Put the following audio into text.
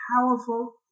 powerful